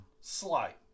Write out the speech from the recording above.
slight